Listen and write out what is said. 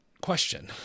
question